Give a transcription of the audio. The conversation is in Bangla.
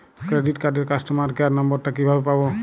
ক্রেডিট কার্ডের কাস্টমার কেয়ার নম্বর টা কিভাবে পাবো?